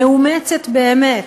מאומצת באמת,